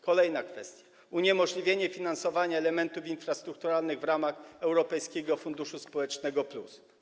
Kolejna kwestia, uniemożliwienie finansowania elementów infrastrukturalnych w ramach Europejskiego Funduszu Społecznego Plus.